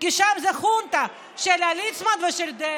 כי שם זה חונטה של ליצמן ושל דרעי.